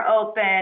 open